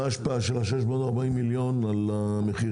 מה ההשפעה של ה-640 מיליון על המחיר?